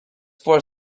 for